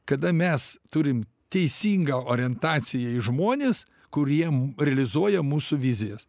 kada mes turim teisingą orientaciją į žmones kurie m realizuoja mūsų vizijas